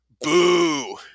boo